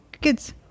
kids